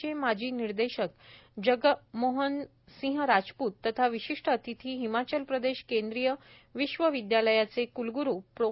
चे माजी निदेशक जगमोहन सिंह राजपूत तथा विशिष्ट अतिथी हिमाचल प्रदेश केंद्रीय विश्वविद्यालयाचे कुलगुरु प्रो